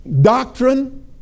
doctrine